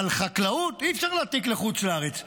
אבל חקלאות אי-אפשר להעתיק לחוץ לארץ,